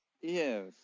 Yes